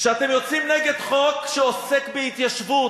שאתם יוצאים נגד חוק שעוסק בהתיישבות,